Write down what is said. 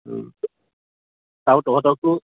আৰু তহঁতকতো